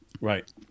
right